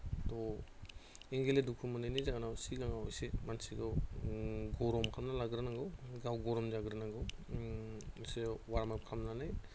त' एंगोलाव दुखु मोननायनि जाहोनाव सिगाङाव एसे मानसिखौ गरमखौनो लाग्रोनांगौ गाव गरम जाग्रोनांगौ एसे वार्म आप खालामनानै